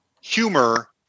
humor